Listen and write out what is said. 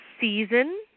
season